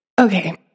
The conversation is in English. Okay